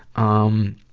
um,